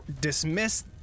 dismiss